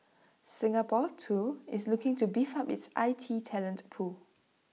Singapore too is looking to beef up its I T talent pool